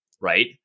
right